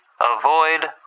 avoid